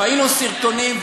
ראינו סרטונים,